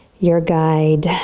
your guide.